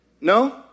No